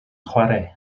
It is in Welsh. chwarae